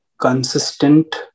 consistent